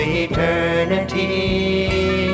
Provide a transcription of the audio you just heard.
eternity